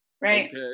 right